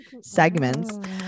segments